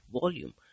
volume